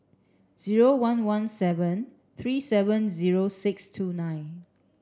zero one one seven three seven zero six two nine